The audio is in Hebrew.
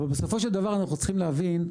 בסופו של דבר אנחנו צריכים להבין,